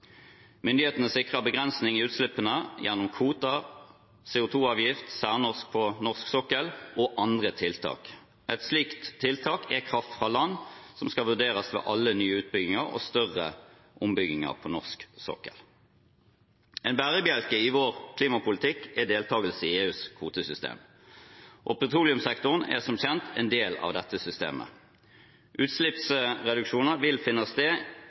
Myndighetene sikrer begrensning i utslippene gjennom kvoter, CO 2 -avgift – særnorsk på norsk sokkel – og andre tiltak. Et slikt tiltak er kraft fra land, som skal vurderes ved alle nye utbygginger og større ombygginger på norsk sokkel. En bærebjelke i vår klimapolitikk er deltakelse i EUs kvotesystem, og petroleumssektoren er som kjent en del av dette systemet. Utslippsreduksjoner vil finne sted